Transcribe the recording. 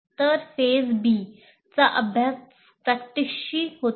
तर phase B होतो